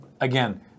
Again